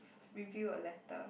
review a letter